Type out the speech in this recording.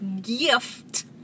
gift